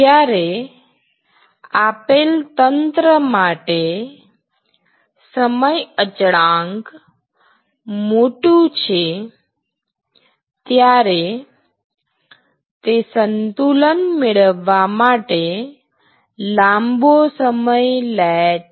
જ્યારે આપેલ તંત્ર માટે સમય અચળાંક મોટું છે ત્યારે તે સંતુલન મેળવવા માટે લાંબો સમય લે છે